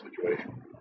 situation